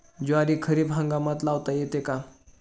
ज्वारी खरीप हंगामात लावता येते का?